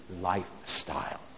lifestyle